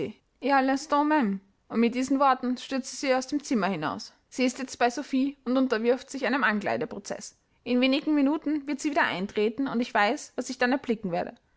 und mit diesen worten stürzte sie aus dem zimmer hinaus sie ist jetzt bei sophie und unterwirft sich einem ankleideprozeß in wenigen minuten wird sie wieder eintreten und ich weiß was ich dann erblicken werde